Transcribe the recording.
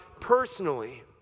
personally